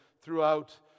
throughout